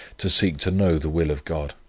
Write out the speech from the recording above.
to seek to know the will of god.